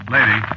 Lady